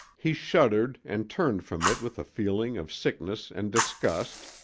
he shuddered and turned from it with a feeling of sickness and disgust,